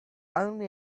only